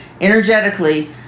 energetically